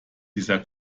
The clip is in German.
dieser